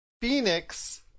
Phoenix